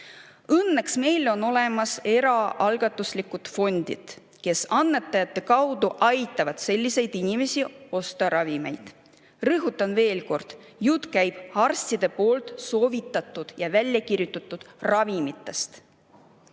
Õnneks on meil olemas eraalgatuslikud fondid, kes annetajate kaudu aitavad sellistel inimestel osta ravimeid. Rõhutan veel kord, et jutt käib arstide soovitatud ja väljakirjutatud ravimitest.